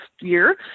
year